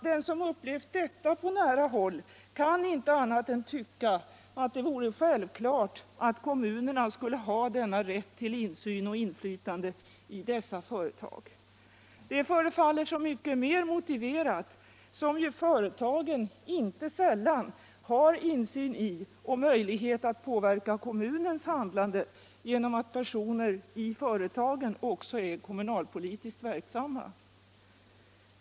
Den som upplevt detta på nära håll kan inte annat än tycka att det vore självklart att kommunerna skall ha denna rätt till insyn och inflytande i dessa företag. Det förefaller så mycket mera motiverat som ju företagen inte sällan har insyn i och möjligheter att påverka kommunens handlande genom att personer inom företagen också är kommunalpolitiskt verksamma.